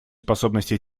способности